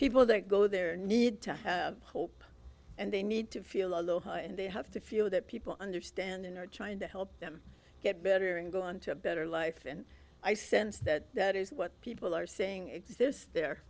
people that go there need to have hope and they need to feel and they have to feel that people understand and are trying to help them get better and go on to a better life and i sense that that is what people are saying exists there